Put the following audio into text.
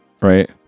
Right